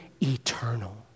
eternal